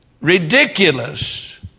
ridiculous